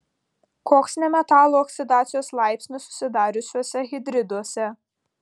koks nemetalų oksidacijos laipsnis susidariusiuose hidriduose